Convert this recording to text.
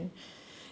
ya